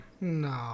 No